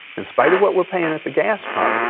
in spite of what were paying at the gas pump,